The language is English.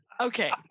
Okay